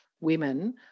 women